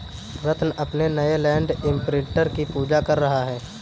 रत्न अपने नए land imprinter की पूजा कर रहा है